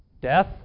Death